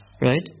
Right